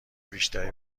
بیشتری